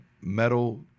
metal